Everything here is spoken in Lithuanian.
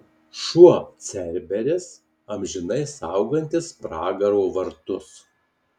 šuo cerberis amžinai saugantis pragaro vartus